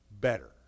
better